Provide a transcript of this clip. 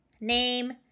name